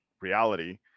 reality